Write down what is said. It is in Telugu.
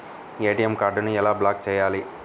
ఏ.టీ.ఎం కార్డుని ఎలా బ్లాక్ చేయాలి?